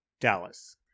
Dallas